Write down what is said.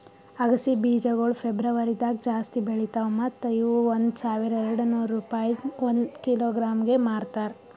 ಅಗಸಿ ಬೀಜಗೊಳ್ ಫೆಬ್ರುವರಿದಾಗ್ ಜಾಸ್ತಿ ಬೆಳಿತಾವ್ ಮತ್ತ ಇವು ಒಂದ್ ಸಾವಿರ ಎರಡನೂರು ರೂಪಾಯಿಗ್ ಒಂದ್ ಕಿಲೋಗ್ರಾಂಗೆ ಮಾರ್ತಾರ